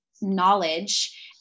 knowledge